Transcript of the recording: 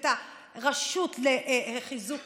את הרשות לחיזוק